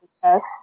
test